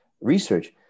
research